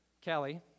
Kelly